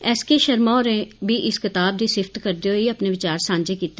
एस K Sharma होरें बी इस कताब दी सिफ्त करदे होई अपने विचार सांझे कीते